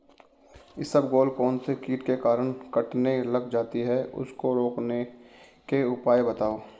इसबगोल कौनसे कीट के कारण कटने लग जाती है उसको रोकने के उपाय बताओ?